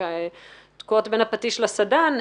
תקועות בין הפטיש לסדן,